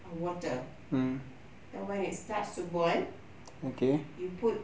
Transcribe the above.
water then when it starts to boil you put